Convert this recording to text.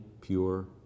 pure